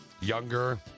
younger